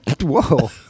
Whoa